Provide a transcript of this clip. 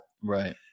right